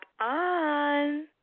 on